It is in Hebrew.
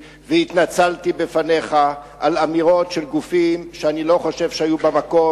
והתנצלתי בפניך על אמירות של גופים שאני לא חושב שהיו במקום,